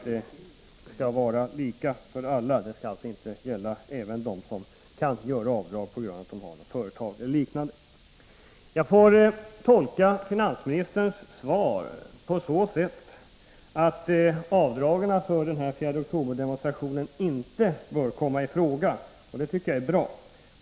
Det skall vara lika för alla och inte heller gälla för dem som har företag eller liknande. Jag får tolka finansministerns svar på så sätt att avdragen för 4 oktoberdemonstrationen inte bör komma i fråga, och det tycker jag är bra.